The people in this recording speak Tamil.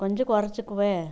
கொஞ்சம் கொறச்சுக்குவேன்